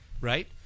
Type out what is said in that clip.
right